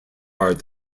art